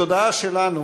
בתודעה שלנו,